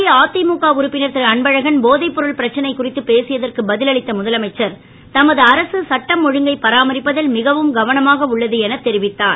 அஇஅதிமுக உறுப்பினர் திருஅன்பழகன் போதைப் பொருள் பிரச்சனை குறித்து பேசியதற்கு பதில் அளித்த முதலமைச்சர் தமது அரசு சட்டம் ஒழுங்கை பராமரிப்பதில் மிகவும் கவனமாக உள்ளது என தெரிவித்தார்